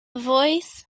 voice